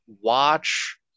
watch